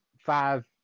five